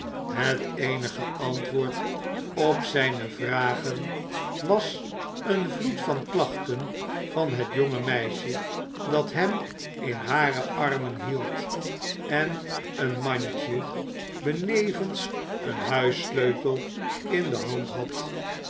het eenige antwoord op zijne vragen was een vloed van klachten van het jonge meisje dat hem in hare armen hield en een mandje benevens een huissleutel in de hand had